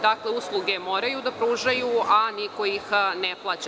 Dakle, usluge moraju da pružaju, a niko ih ne plaća.